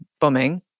bombing